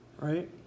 right